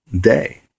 day